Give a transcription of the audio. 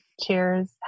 cheers